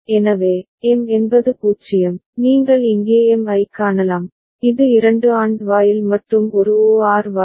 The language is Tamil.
எனவே M என்பது 0 நீங்கள் இங்கே M ஐக் காணலாம் இது இரண்டு AND வாயில் மற்றும் ஒரு OR வாயில்